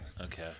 Okay